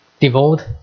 devote